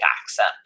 accent